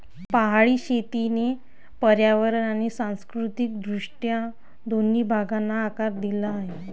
पहाडी शेतीने पर्यावरण आणि सांस्कृतिक दृष्ट्या दोन्ही भागांना आकार दिला आहे